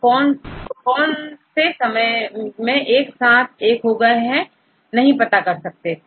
और कौन से समय के साथ एक हो गए नहीं पता कर सकते